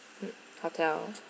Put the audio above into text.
hotel